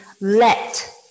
let